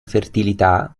fertilità